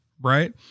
right